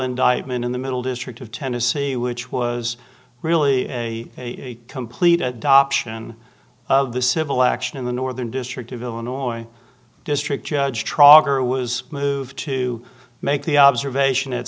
indictment in the middle district of tennessee which was really a complete adoption of the civil action in the northern district of illinois district judge trotter was moved to make the observation at